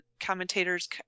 commentators